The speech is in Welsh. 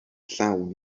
llawn